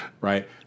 right